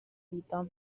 vita